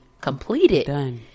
completed